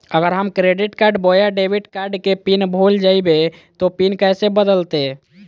अगर हम क्रेडिट बोया डेबिट कॉर्ड के पिन भूल जइबे तो पिन कैसे बदलते?